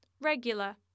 Regular